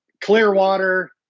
Clearwater